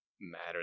matter